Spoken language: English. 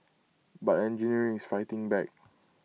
but engineering is fighting back